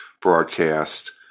broadcast